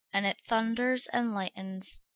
and it thunders and lightens.